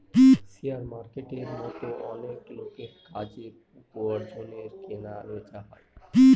share মার্কেটের মতো অনেক লোকের কাজের, উপার্জনের কেনা বেচা হয়